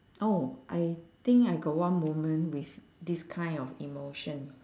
oh I think I got one moment with this kind of emotion